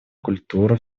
культура